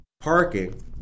parking